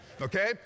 Okay